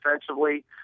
defensively